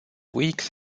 weeks